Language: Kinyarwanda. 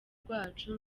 rwacu